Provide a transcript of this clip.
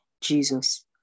Jesus